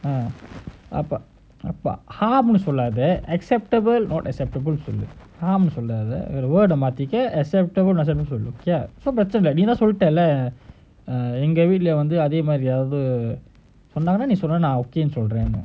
அப்ப:apa harm னுசொல்லாத:solladha acceptable not accpetable னுசொல்லு:nu sollu harm னுசொல்லாத:nu solladha acceptable not accpetable okay அப்பநீவேற:apa nee vera word மாத்திக்க:mathikka acceptable not accpetable சொல்லுநீதாசொன்னேல்லஎங்கவீட்டுலயாரவதுஅந்தமாதிரிசொன்னநான்ஒகேனுசொன்னேல்ல:sollu neetha sonnella enka veetula yaaravathu antha mathiri sonna naan okaynu sonnenla